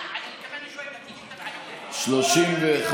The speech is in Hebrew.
הרשימה המשותפת אחרי סעיף 2 לא נתקבלה.